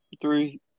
Three